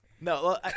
No